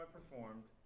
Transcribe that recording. performed